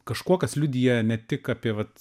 kažkuo kas liudija ne tik apie vat